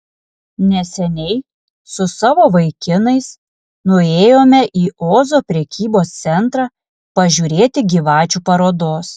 neseniai su savo vaikinais nuėjome į ozo prekybos centrą pažiūrėti gyvačių parodos